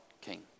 king